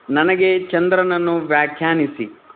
ನನಗೆ ಚಂದ್ರನನ್ನು ವ್ಯಾಖ್ಯಾನಿಸಿ